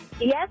Yes